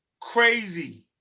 Crazy